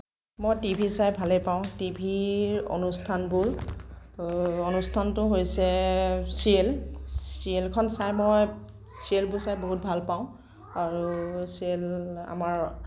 মই T V চাই ভালেই পাওঁ টিভিৰ অনুস্থানবোৰ অনুস্থানটো হৈছে চিৰিয়েল চিৰিয়েলখন চাই মই চিৰিয়েলবোৰ চাই বহুত ভাল পাওঁ আৰু চিৰিয়েল আমাৰ